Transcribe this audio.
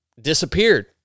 disappeared